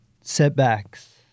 Setbacks